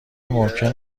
ممکن